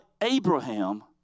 Abraham